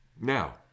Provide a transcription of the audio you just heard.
Now